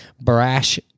brash